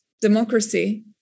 democracy